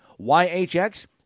YHX